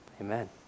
amen